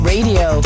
Radio